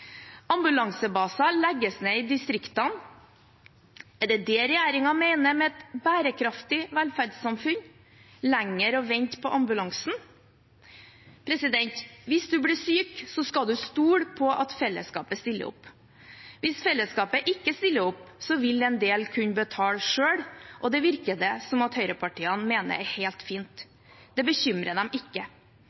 Ambulansebaser legges ned i distriktene. Er det det regjeringen mener med et bærekraftig velferdssamfunn – lenger å vente på ambulansen? Hvis du blir syk, skal du stole på at fellesskapet stiller opp. Hvis fellesskapet ikke stiller opp, vil en del kunne betale selv, og det virker det som at høyrepartiene mener er helt fint – det bekymrer dem ikke.